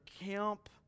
camp